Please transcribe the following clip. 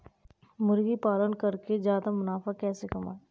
मुर्गी पालन करके ज्यादा मुनाफा कैसे कमाएँ?